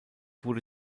wurde